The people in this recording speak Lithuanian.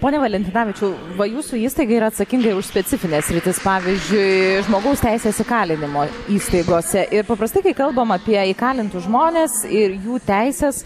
pone valentinavičiau va jūsų įstaiga yra atsakinga už specifines sritis pavyzdžiui žmogaus teises įkalinimo įstaigose ir paprastai kai kalbam apie įkalintus žmones ir jų teises